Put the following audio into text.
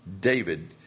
David